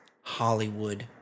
Hollywood